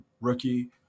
rookie